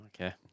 Okay